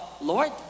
Lord